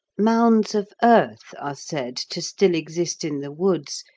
mounds of earth are said to still exist in the woods,